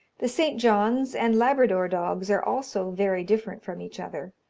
the st. john's and labrador dogs are also very different from each other.